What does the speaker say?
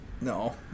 No